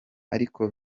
ariko